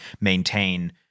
maintain